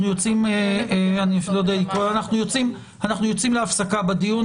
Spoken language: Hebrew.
אנחנו יוצאים להפסקה בדיון,